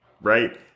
right